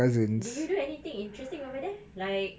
do you do anything interesting over there like